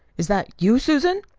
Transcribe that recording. is that you, susan?